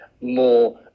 more